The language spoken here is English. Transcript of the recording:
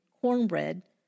cornbread